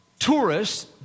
Tourists